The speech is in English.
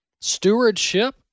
Stewardship